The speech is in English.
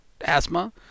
asthma